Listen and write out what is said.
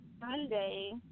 Sunday